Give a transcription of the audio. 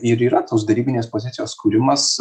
ir yra tos derybinės pozicijos kūrimas